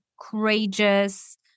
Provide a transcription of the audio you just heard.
courageous